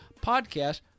podcast